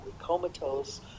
comatose